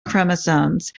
chromosomes